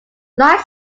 light